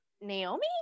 Naomi